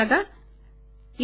కాగా ఏ